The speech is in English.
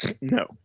No